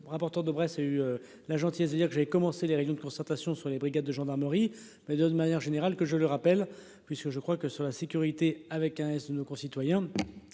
le rapporteur de Brest a eu la gentillesse de dire que j'ai commencé les réunions de concertation sur les brigades de gendarmerie mais de, d'une manière générale que je le rappelle, puisque je crois que sur la sécurité avec un S de nos concitoyens.